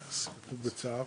בצער.